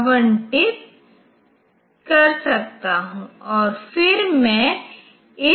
इसलिए 2 power 26 bytes memory location इस vector table को रखने के लिए जरूरत होगी